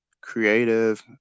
creative